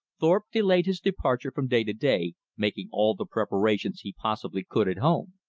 thorpe delayed his departure from day to day, making all the preparations he possibly could at home.